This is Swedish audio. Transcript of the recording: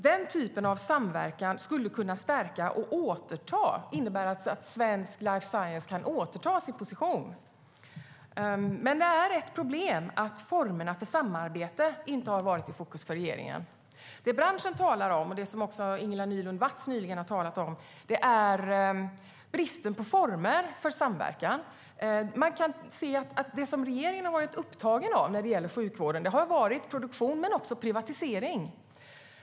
Den typen av samverkan skulle innebära att svensk life science kunde återta sin position. Problemet är att formerna för samarbete inte stått i fokus för regeringen. Det som branschen talar om, och det som Ingela Nylund Watz också tog upp, är bristen på former för samverkan. När det gällt sjukvården har regeringen varit upptagen av produktion men också av privatisering.